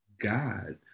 god